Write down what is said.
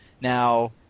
Now